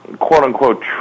quote-unquote